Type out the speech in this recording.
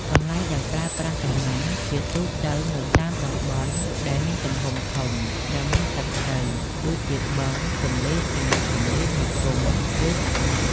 កន្លែងដែលប្រើប្រាស់សំណាញ់ ជាទូទៅនៅតាមតំបន់ដែលមានទំហំធំ និងមានទឹកជ្រៅ ដូចជាបឹងទន្លេសាប ទន្លេមេគង្គ ឬសមុទ្រ។